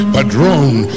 Padrone